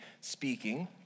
speaking